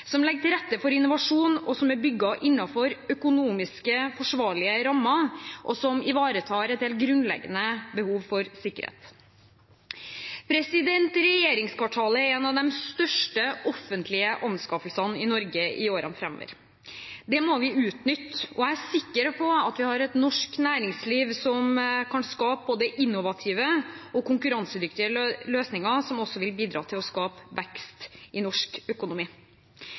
som legger til rette for innovasjon, som er bygd innenfor økonomisk forsvarlige rammer, og som ivaretar et helt grunnleggende behov for sikkerhet. Regjeringskvartalet er en av de største offentlige anskaffelsene i Norge i årene framover. Det må vi utnytte. Jeg er sikker på at vi har et norsk næringsliv som kan skape både innovative og konkurransedyktige løsninger, som også vil bidra til å skape vekst i norsk økonomi.